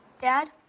Dad